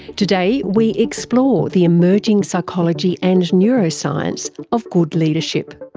today we explore the emerging psychology and neuroscience of good leadership.